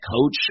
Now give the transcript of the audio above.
coach